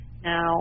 Now